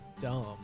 dumb